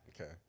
Okay